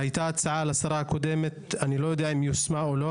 הייתה הצעה לשרה הקודמת אני לא יודע אם היא יושמה או לא